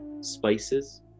spices